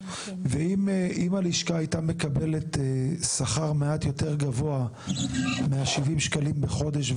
אם הלשכה הייתה מקבלת שכר מעט יותר גבוה מה-70 ₪ בחודש,